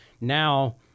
now